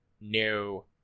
No